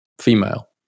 female